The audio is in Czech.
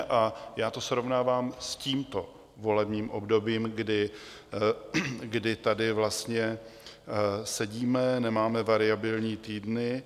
A já to srovnávám s tímto volebním obdobím, kdy tady vlastně sedíme, nemáme variabilní týdny.